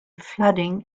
flooding